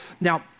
Now